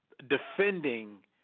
defending